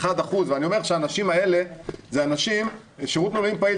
1%. שירות מילואים פעיל,